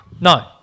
No